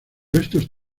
estos